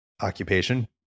occupation